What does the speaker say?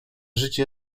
życie